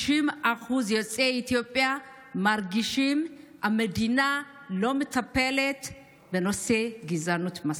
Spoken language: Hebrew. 90% מיוצאי אתיופיה מרגישים שהמדינה לא מטפלת מספיק בנושא הגזענות.